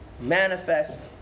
manifest